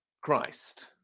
Christ